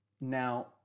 Now